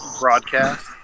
broadcast